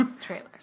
Trailers